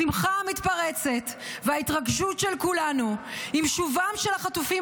השמחה המתפרצת וההתרגשות של כולנו עם שובם של החטופים